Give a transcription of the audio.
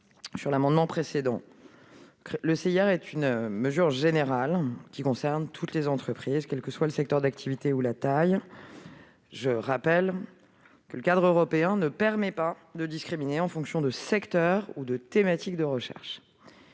de l'amendement précédent. Le CIR est une mesure générale, qui concerne toutes les entreprises, quel que soit leur secteur d'activité ou leur taille. Je rappelle aussi que le cadre européen ne permet pas de discriminer en fonction de secteurs ou de thématiques de recherche.